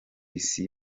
isi